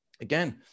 again